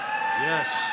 Yes